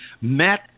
Matt